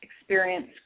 experience